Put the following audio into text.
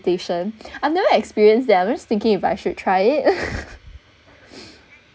palpitation I have never experienced it I'm just thinking if I should try it